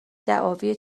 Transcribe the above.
دعاوی